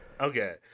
Okay